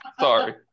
Sorry